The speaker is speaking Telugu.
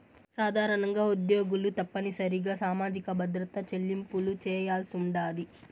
సాధారణంగా ఉద్యోగులు తప్పనిసరిగా సామాజిక భద్రత చెల్లింపులు చేయాల్సుండాది